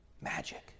magic